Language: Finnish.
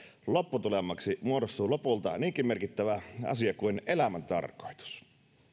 lopputulemaksi muodostuu lopulta niinkin merkittävä asia kuin elämän tarkoitus